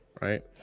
right